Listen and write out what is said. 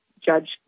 judge